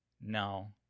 No